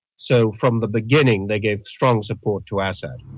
so from the beginning they gave strong support to ah assad.